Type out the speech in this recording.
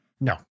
No